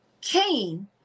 Cain